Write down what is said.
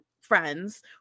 friends